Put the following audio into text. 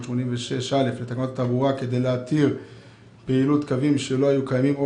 386א לתקנות התעבורה כדי להתיר פעילות קווים שלא היו קיימים או